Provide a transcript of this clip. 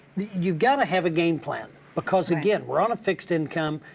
you gotta have a game plan because, again, we're on a fixed income,